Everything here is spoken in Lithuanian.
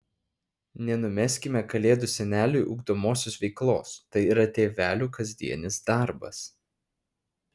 nenumeskime kalėdų seneliui ugdomosios veiklos tai yra tėvelių kasdienis darbas